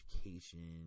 education